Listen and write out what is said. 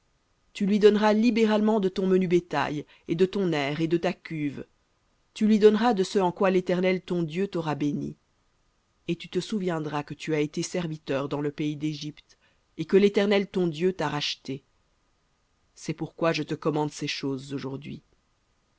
tu lui donneras libéralement de ton menu bétail et de ton aire et de ta cuve tu lui donneras de ce en quoi l'éternel ton dieu t'aura béni et tu te souviendras que tu as été serviteur dans le pays d'égypte et que l'éternel ton dieu t'a racheté c'est pourquoi je te commande ces choses aujourd'hui